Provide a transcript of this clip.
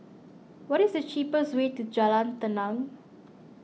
what is the cheapest way to Jalan Tenang